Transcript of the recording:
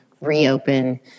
reopen